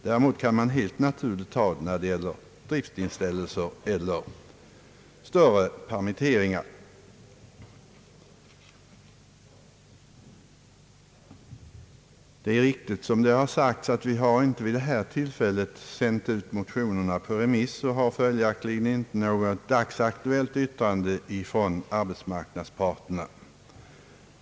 Däremot kan det vara naturligt vid driftsnedläggelser eller större permitteringar. Det är riktigt, som det har sagts, att vi vid det här tillfället inte har sänt ut motionerna på remiss och att vi följaktligen inte har något dagsaktuellt yttrande från arbetsmarknadsparterna.